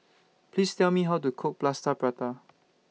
Please Tell Me How to Cook Plaster Prata